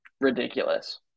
ridiculous